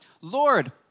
Lord